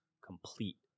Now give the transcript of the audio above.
complete